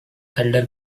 elder